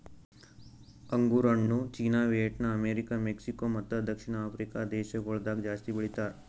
ಅಂಗುರ್ ಹಣ್ಣು China, Vietnam, America, Mexico ಮತ್ತ ದಕ್ಷಿಣ ಆಫ್ರಿಕಾ ದೇಶಗೊಳ್ದಾಗ್ ಜಾಸ್ತಿ ಬೆಳಿತಾರ್